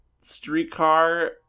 streetcar